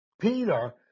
Peter